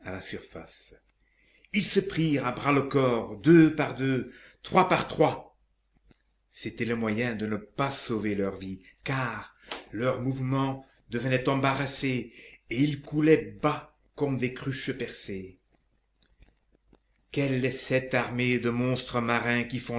surface ils se prirent à bras-le-corps deux par deux trois par trois c'était le moyen de ne pas sauver leur vie car leurs mouvements devenaient embarrassés et ils coulaient bas comme des cruches percées quelle est cette armée de monstres marins qui